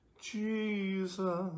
Jesus